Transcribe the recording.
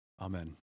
Amen